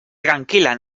tranquila